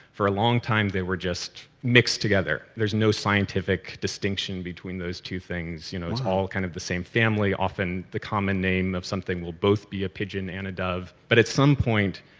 for a long time they were just mixed together. there's no scientific distinction between those two things. you know it's all kind of the same family, often the common name of something will both be a pigeon and a dove. but at some point,